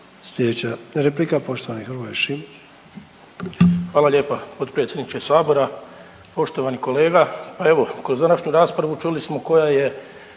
Sljedeća replika, poštovani Hrvoje Šimić. **Šimić, Hrvoje (HDZ)** Hvala lijepa potpredsjedniče Sabora. Poštovani kolega, pa evo, kroz današnju raspravu čuli smo koja je